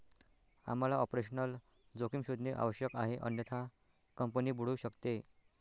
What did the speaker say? आम्हाला ऑपरेशनल जोखीम शोधणे आवश्यक आहे अन्यथा कंपनी बुडू शकते